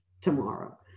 tomorrow